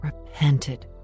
repented